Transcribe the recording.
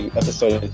episode